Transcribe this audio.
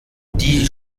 die